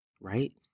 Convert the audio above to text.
right